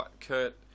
Kurt